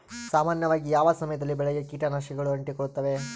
ಸಾಮಾನ್ಯವಾಗಿ ಯಾವ ಸಮಯದಲ್ಲಿ ಬೆಳೆಗೆ ಕೇಟನಾಶಕಗಳು ಅಂಟಿಕೊಳ್ಳುತ್ತವೆ?